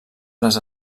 les